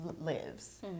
lives